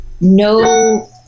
no